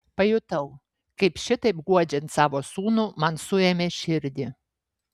pajutau kaip šitaip guodžiant savo sūnų man suėmė širdį